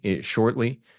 shortly